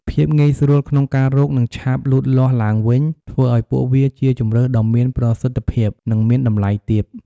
ភាពងាយស្រួលក្នុងការរក និងឆាប់លូតលាស់ឡើងវិញ ធ្វើឱ្យពួកវាជាជម្រើសដ៏មានប្រសិទ្ធភាព និង មានតម្លៃទាប។